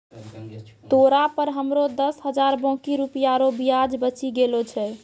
तोरा पर हमरो दस हजार बाकी रुपिया रो ब्याज बचि गेलो छय